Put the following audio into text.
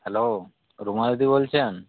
hello Ruma দিদি বলছেন